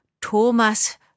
Thomas